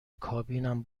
کابینم